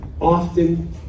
often